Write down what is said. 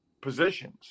positions